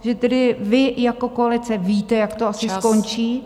Že tedy vy jako koalice víte, jak to asi skončí.